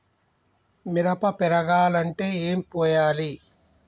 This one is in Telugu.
మిరప పెరగాలంటే ఏం పోయాలి?